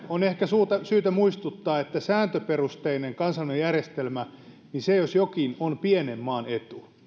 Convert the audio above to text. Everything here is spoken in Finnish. on ehkä syytä muistuttaa että sääntöperusteinen kansainvälinen järjestelmä jos jokin on pienen maan etu